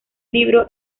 libro